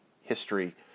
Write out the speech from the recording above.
history